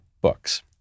books